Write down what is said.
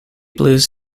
blues